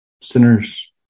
sinners